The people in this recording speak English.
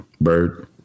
Bird